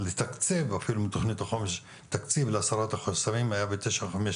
לקידום התכנון המפורט בישובים הדרוזים והצ'רקסיים,